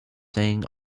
saying